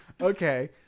Okay